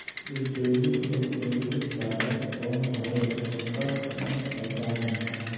ये डेबिट अउ credit card कौन हवे एकर कौन फाइदा हे?